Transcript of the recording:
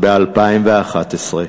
ב-2011.